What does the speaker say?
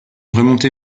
remontée